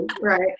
right